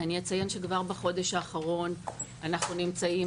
אני אציין שכבר בחודש האחרון אנחנו נמצאים